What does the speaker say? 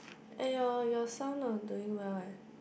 !aiyo! your sound not doing well eh